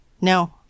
no